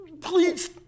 Please